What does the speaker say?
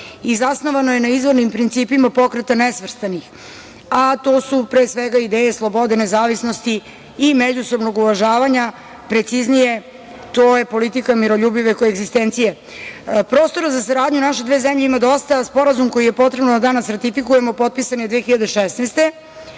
i zasnovano je izvornim principima Pokreta nesvrstanih, a to su ideja slobode, nezavisnosti i međusobnog uvažavanja, preciznije to je politika miroljubive koegzistencije. Prostora za saradnju naše dve zemlje ima dosta, a Sporazum koji je potrebno da danas ratifikujemo potpisan je 2016.